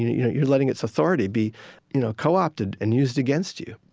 you know you're letting its authority be you know co-opted and used against you.